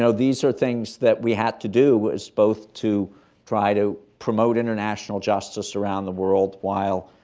so these are things that we had to do, was both to try to promote international justice around the world while